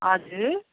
हजुर